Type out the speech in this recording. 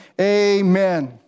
amen